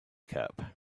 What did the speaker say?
cup